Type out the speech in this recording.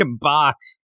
box